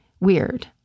Weird